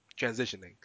transitioning